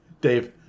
Dave